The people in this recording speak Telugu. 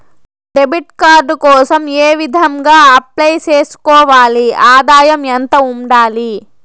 డెబిట్ కార్డు కోసం ఏ విధంగా అప్లై సేసుకోవాలి? ఆదాయం ఎంత ఉండాలి?